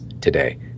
today